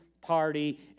party